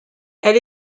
elle